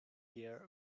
year